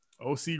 OC